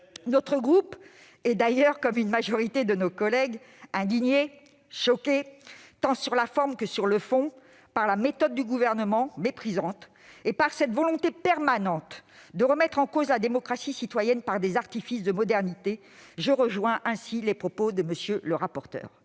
Notre groupe, comme d'ailleurs une majorité de nos collègues, est indigné, choqué, tant sur la forme que sur le fond, par la méthode du Gouvernement, méprisante, et par cette volonté permanente de remettre en cause la démocratie citoyenne par des artifices de modernité. Je rejoins ainsi les propos de M. le rapporteur.